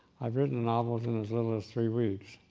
i've written novels in as little as three weeks.